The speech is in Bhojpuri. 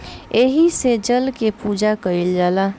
एही से जल के पूजा कईल जाला